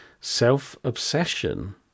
Self-obsession